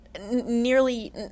nearly